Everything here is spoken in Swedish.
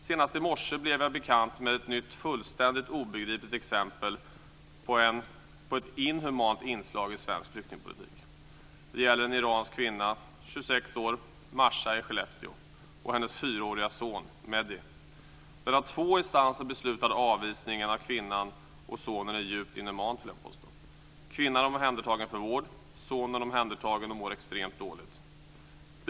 Senast i morse blev jag bekant med ett nytt fullständigt obegripligt exempel på ett inhumant inslag i svensk flyktingpolitik. Det gäller en 26-årig iransk kvinna, Masha, i Skellefteå och hennes fyraåriga son, Mehdi. Jag vill påstå att den av två instanser beslutade avvisningen av kvinnan och sonen är djupt inhuman. Kvinnan är omhändertagen för vård. Sonen är omhändertagen och mår extremt dåligt.